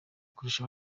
kurusha